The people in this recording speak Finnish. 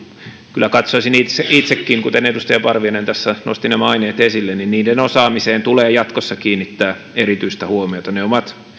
kyllä katsoisin itsekin kuten edustaja parviainen joka tässä nosti nämä aineet esille että niiden osaamiseen tulee jatkossa kiinnittää erityistä huomiota ne ovat